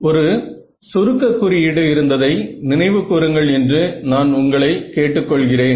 ஒரு சுருக்க குறியீடு இருந்ததை நினைவு கூறுங்கள் என்று நான் உங்களை கேட்டு கொள்கிறேன்